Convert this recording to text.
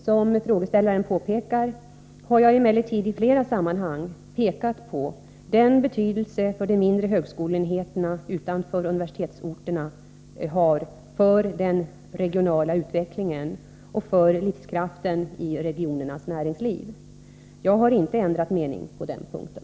Som frågeställaren påpekar har jag emellertid i flera sammanhang pekat på den betydelse de mindre högskoleenheterna utanför universitetsorterna har för den regionala utvecklingen och för livskraften i regionernas näringsliv. Jag har inte ändrat mening på den punkten.